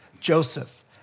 Joseph